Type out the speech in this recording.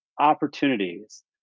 opportunities